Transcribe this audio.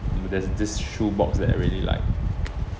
there's this shoe box that I really like